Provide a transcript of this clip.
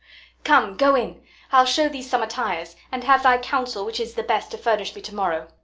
come, go in i'll show thee some attires, and have thy counsel which is the best to furnish me to-morrow.